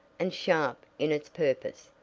and sharp in its purpose.